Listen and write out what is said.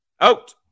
out